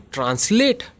Translate